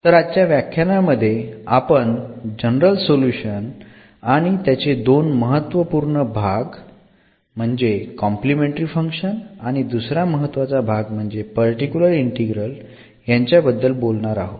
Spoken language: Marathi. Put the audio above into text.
तर आजच्या व्याख्यानामध्ये आपण जनऱल सोल्युशन आणि त्याचे दोन महत्वपूर्ण भाग म्हणजे कॉम्प्लिमेंटरी फंक्शन आणि दुसरा महत्वाचा भाग म्हणजे पर्टिक्युलर इंटिग्रल यांच्या बद्दल बोलणार आहोत